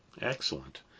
Excellent